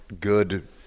good